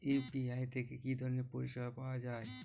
UPI থেকে কি ধরণের পরিষেবা পাওয়া য়ায়?